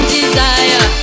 desire